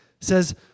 says